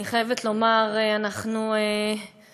אני חייבת לומר שאנחנו צופים,